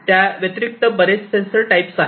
त्याव्यतिरिक्त बरेच sensor types आहेत